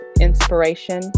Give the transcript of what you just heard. inspiration